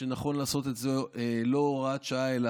אם נכון לעשות את זה לא הוראת שעה אלא